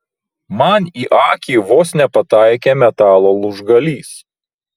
man į akį vos nepataikė metalo lūžgalys